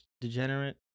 degenerate